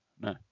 no